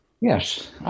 Yes